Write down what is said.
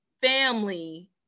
family